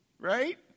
Right